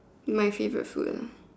my favorite food ah